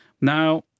Now